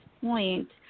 point